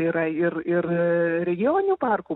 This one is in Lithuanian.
yra ir ir regioninių parkų